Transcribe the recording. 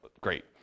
Great